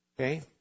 Okay